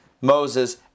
Moses